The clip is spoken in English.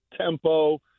tempo